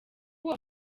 uwo